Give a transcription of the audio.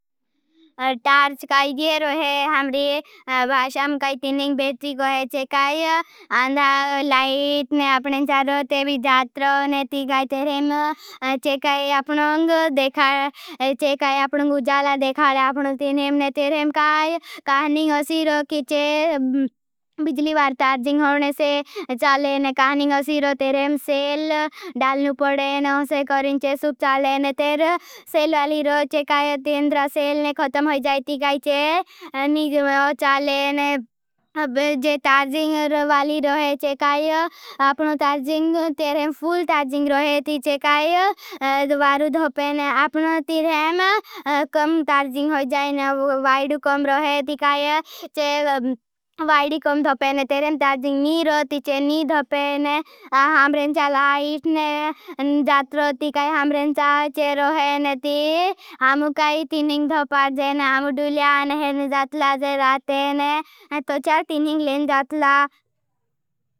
टार्ज काई येरो है हम्री भाषाम काई तिनिंग बेट्री को है। चेकाई अंधा लाइट ने अपनें चारो ते भी जात रो ने तीकाई तेरेम चेकाई अपनोंग देखाई चेकाई अपनोंग उजाला देखाई। आपनों तिनिंग ने तेरेम काई काहनिंग। ओसी रो कीछे ब ने ख़तम हो जायती। काई चे नीजम ओचाले ने जे तार्जिंग वाली रोहे चेकाई। अपनों तार्जिंग तेरेम फूल तार्जिंग रोहे। तीछे काई द्वारू धपेने अपनों तीरेम कम तार्जिंग हो जाये। ने वाईडू कम रोहे तीकाई। चे वाईडी कम धपेन तेरेम तार्जिंग नीजम ओचाले तीचे नीजम धपेन, औंग परादने गाग कररें। जॅतरोथी कै ओचाले उनके त हैं। हामू और काई तीनिजग अछे हैं भक्यार करें।